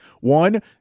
One